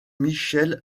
michel